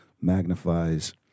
magnifies